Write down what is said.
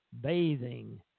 bathing